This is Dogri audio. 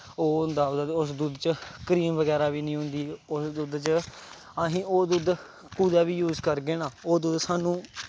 ओह् होंदा उस दुद्ध च क्रीम बगैरा बी निं होंदी उस दुद्ध च असीं ओह् दुद्ध कुदै बी यूज़ करगे ना ओह् दुद्ध सानूं